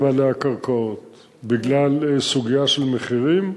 בעלי הקרקעות בגלל סוגיה של מחירים,